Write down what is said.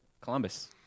Columbus